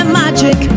magic